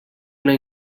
una